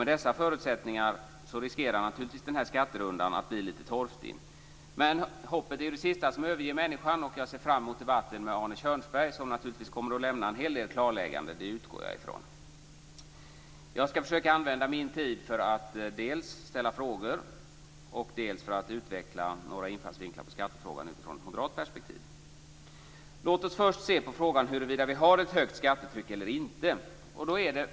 Med de förutsättningarna riskerar skatterundan att bli lite torftig. Hoppet är emellertid det sista som överger människan. Jag ser fram emot debatten med Arne Kjörnsberg, som naturligtvis kommer att lämna en hel del klarlägganden. Jag skall försöka använda min tid till att dels ställa frågor, dels utveckla några infallsvinklar på skattefrågan utifrån moderat perspektiv. Låt oss först se på frågan huruvida vi har ett högt skattetryck eller inte.